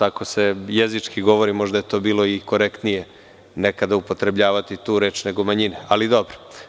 Ako se jezički govori, možda je to bilo i korektnije nekada upotrebljavati tu reč, nego manjine, ali dobro.